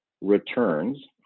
returns